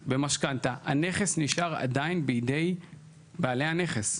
במשכנתא, הנכס נשאר עדיין בידי בעלי הנכס.